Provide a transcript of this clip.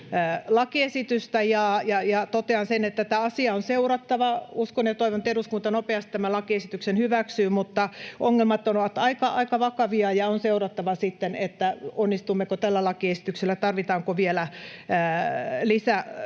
lakiesitystä ja totean sen, että tätä asiaa on seurattava. Uskon ja toivon, että eduskunta nopeasti tämän lakiesityksen hyväksyy, mutta ongelmat ovat aika vakavia, ja on seurattava sitten, onnistummeko tällä lakiesityksellä, tarvitaanko vielä